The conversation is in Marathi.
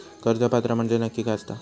कर्ज पात्र म्हणजे काय असता नक्की?